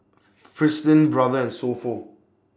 Fristine Brother and So Pho